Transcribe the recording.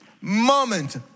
moment